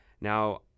Now